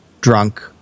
drunk